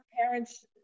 parents